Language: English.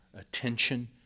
attention